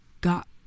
got